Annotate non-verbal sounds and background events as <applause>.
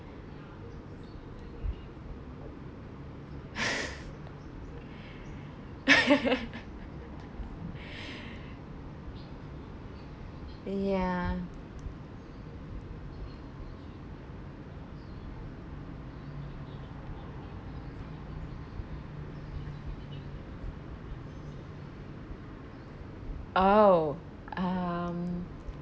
<laughs> <laughs> ya oh um